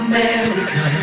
America